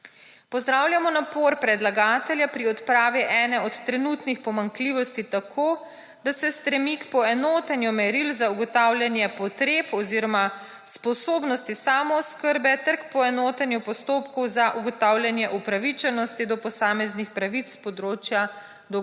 Pozdravljamo napor predlagatelja pri odpravi ene od trenutnih pomanjkljivosti tako, da se strmi k poenotenju meril za ugotavljanje potreb oziroma sposobnosti samooskrbe ker k poenotenju postopkov za ugotavljanje upravičenosti do posameznih pravic s področja